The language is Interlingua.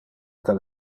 del